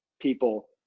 people